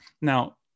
now